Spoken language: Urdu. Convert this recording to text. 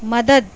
مدد